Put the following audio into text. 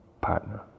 partner